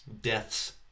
deaths